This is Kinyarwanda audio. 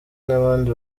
nabandi